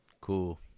cool